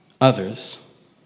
others